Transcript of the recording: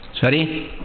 Sorry